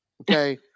Okay